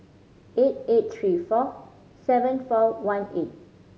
eight eight three four seven four one eight